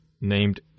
named